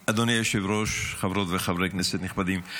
היושב-ראש, חברות וחברי כנסת נכבדים,